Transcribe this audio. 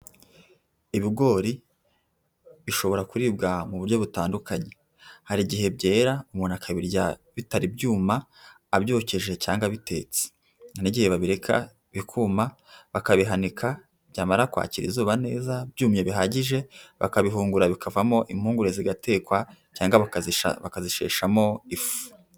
Ibigori bishobora kuribwa mu buryo butandukanye. Hari igihe byera umuntu akabirya bitari ibyuma, abyokeje cyangwa bitetse. hari n'igihe babireka bikuma bakabihanika, byamara kwakira izuba neza byumye bihagije, bakabihungura bikavamo impungure zigatekwa cyangwa bakazisheshamo ifu.